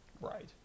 right